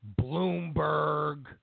Bloomberg